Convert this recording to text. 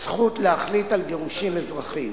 זכות להחליט על גירושים אזרחיים.